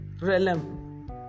realm